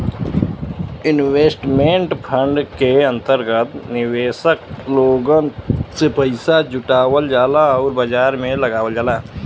investment fund के अंतर्गत निवेशक लोगन से पइसा जुटावल जाला आउर बाजार में लगावल जाला